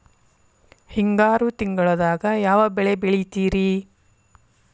ಹಿಂಗಾರು ತಿಂಗಳದಾಗ ಯಾವ ಬೆಳೆ ಬೆಳಿತಿರಿ?